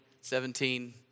seventeen